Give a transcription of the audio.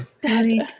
Daddy